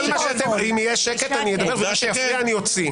אם יהיה שקט, אני אדבר, ומי שיפריע, אני אוציא.